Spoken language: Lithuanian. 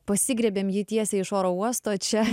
pasigriebėm jį tiesiai iš oro uosto čia